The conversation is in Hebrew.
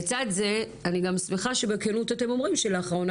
לצד זה אני גם שמחה שבכנות אתם אומרים שלאחרונה